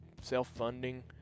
self-funding